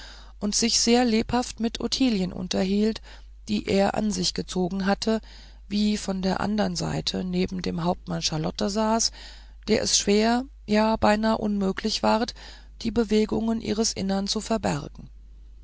und sich sehr lebhaft mit ottilien unterhielt die er an sich gezogen hatte wie von der andern seite neben dem hauptmann charlotte saß der es schwer ja beinahe unmöglich ward die bewegungen ihres innern zu verbergen